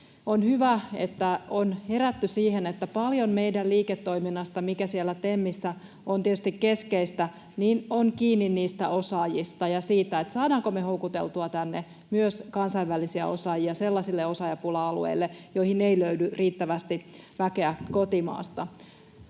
On hyvä, että on herätty siihen, että paljon meidän liiketoiminnastamme, mikä siellä TEMissä on tietysti keskeistä, on kiinni niistä osaajista ja siitä, saadaanko me houkuteltua tänne myös kansainvälisiä osaajia sellaisille osaajapula-alueille, joihin ei löydy riittävästi väkeä kotimaasta.